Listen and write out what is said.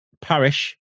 parish